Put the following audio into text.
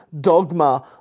Dogma